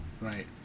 right